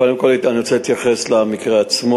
קודם כול, אני רוצה להתייחס למקרה עצמו.